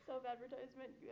Self-advertisement